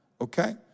Okay